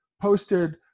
posted